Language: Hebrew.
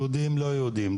יהודים ולא יהודים,